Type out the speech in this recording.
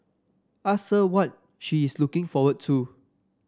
ask her what she is looking forward to